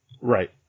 right